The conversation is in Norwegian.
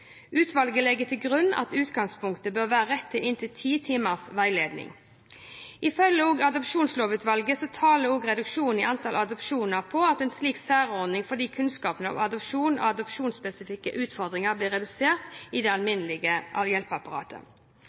Utvalget legger til grunn at utgangspunktet bør være rett til inntil ti timers veiledning. Ifølge Adopsjonslovutvalget taler også reduksjonen i antallet adopsjoner for en slik særordning, fordi kunnskap om adopsjon og adopsjonsspesifikke utfordringer blir redusert i det alminnelige hjelpeapparatet.